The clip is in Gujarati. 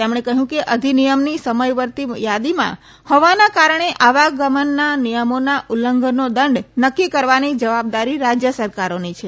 તેમણે કહયું કે અધિનિયમની સમયવર્તી યાદીમાં હોવાના કારણે આવા ગમનના નિયમોના ઉલ્લંધનનો દંડ નકકી કરવાની જવાબદારી રાજય સરકારોની છે